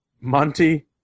Monty